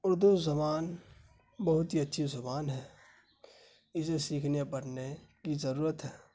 اردو زبان بہت ہی اچھی زبان ہے اسے سیکھنے پڑھنے کی ضرورت ہے